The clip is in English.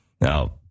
Now